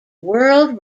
world